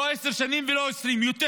לא 10 שנים ולא 20, יותר.